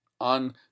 On